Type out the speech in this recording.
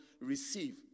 receive